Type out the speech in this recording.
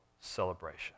celebration